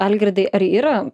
algirdai ar yra